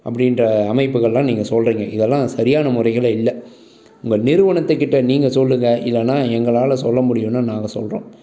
அப்படின்ற அமைப்புகளெலாம் நீங்கள் சொல்றிங்க இதெல்லாம் சரியான முறைகளே இல்லை உங்கள் நிறுவனத்துக்கிட்ட நீங்கள் சொல்லுங்க இதெல்லாம் எங்களால் சொல்ல முடியும்னா நாங்கள் சொல்கிறோம்